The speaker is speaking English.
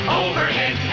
overhead